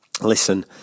listen